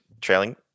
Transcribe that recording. trailing